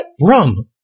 Rum